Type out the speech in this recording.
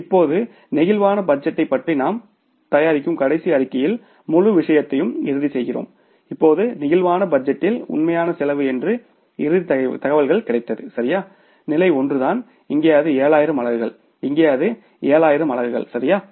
இப்போது பிளேக்சிபிள் பட்ஜெட்டைப் பற்றி நாம் தயாரிக்கும் கடைசி அறிக்கையில் முழு விஷயத்தையும் இறுதி செய்கிறோம் இப்போது பிளேக்சிபிள் பட்ஜெட்டில் உண்மையான செலவு என்று இறுதி தகவல் கிடைத்தது சரியா நிலை ஒன்றுதான் இங்கே அது 7000 அலகுகள் இங்கே அது 7000 அலகுகள் சரியா